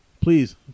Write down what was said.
Please